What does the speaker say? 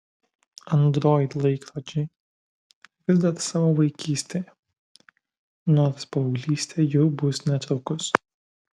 android laikrodžiai vis dar savo vaikystėje nors paauglystė jau bus netrukus